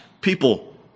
people